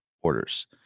orders